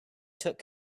took